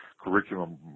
curriculum